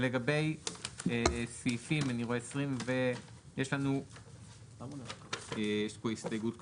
במה שהגשתם, אני רואה שיש הסתייגות כפולה.